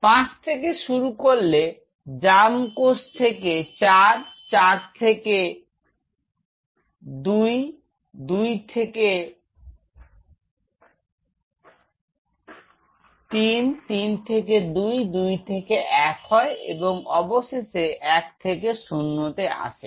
তো 5 থেকে শুরু করলে জার্ম থেকে জার্ম কোষ এ 4থেকে 4 1 থেকে 33 থেকে দুই এবং দুই থেকে এক হয় এবং অবশেষে এক থেকে ০ তে আসে